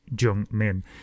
Jung-min